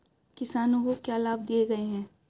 किसानों को क्या लाभ दिए गए हैं?